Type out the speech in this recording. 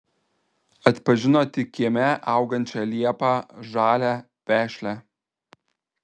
atpažino tik kieme augančią liepą žalią vešlią